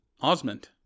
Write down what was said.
Osmond